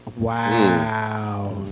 Wow